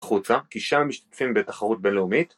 ‫החוצה, כי שם משתתפים בתחרות בינלאומית.